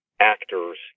Actors